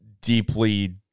deeply